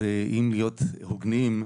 אם להיות הוגנים,